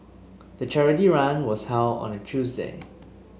the charity run was held on a Tuesday